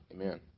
Amen